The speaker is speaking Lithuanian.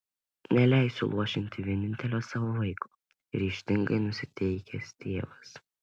neleisiu luošinti vienintelio savo vaiko ryžtingai nusiteikęs tėvas